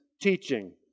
teaching